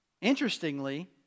Interestingly